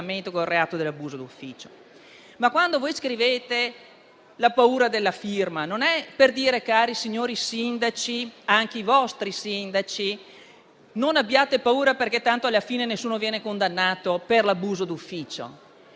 Quando voi scrivete della paura della firma, dite ai signori sindaci, anche ai vostri sindaci, di non aver paura perché tanto alla fine nessuno viene condannato per l'abuso d'ufficio.